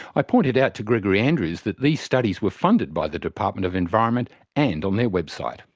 i pointed out to gregory andrews that these studies were funded by the department of environment and on their website.